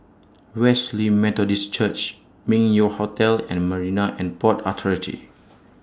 Wesley Methodist Church Meng Yew Hotel and Marine and Port Authority